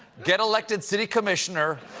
get elected city commissioner,